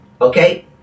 okay